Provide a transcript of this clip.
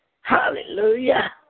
Hallelujah